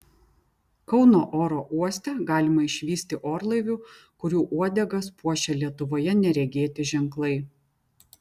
kauno oro uoste galima išvysti orlaivių kurių uodegas puošia lietuvoje neregėti ženklai